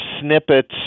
snippets